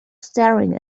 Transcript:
staring